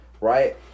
Right